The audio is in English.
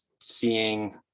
seeing